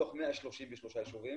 מתוך 133 יישובים,